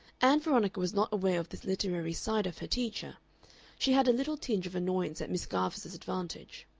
ann veronica was not aware of this literary side of her teacher she had a little tinge of annoyance at miss garvice's advantage.